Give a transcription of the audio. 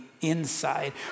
inside